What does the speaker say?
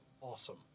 awesome